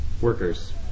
workers